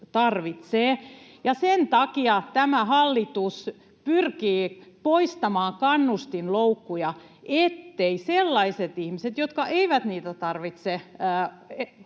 tarvitsevat. Sen takia tämä hallitus pyrkii poistamaan kannustinloukkuja, etteivät sellaiset ihmiset, jotka eivät niitä tarvitse,